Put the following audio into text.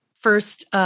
first